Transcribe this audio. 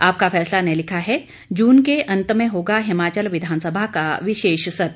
आपका फैसला ने लिखा है जून के अंत में होगा हिमाचल विधानसभा का विशेष सत्र